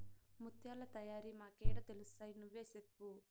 ముత్యాల తయారీ మాకేడ తెలుస్తయి నువ్వే సెప్పు